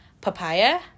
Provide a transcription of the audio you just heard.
papaya